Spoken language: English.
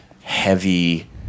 heavy